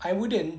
I wouldn't